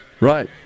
right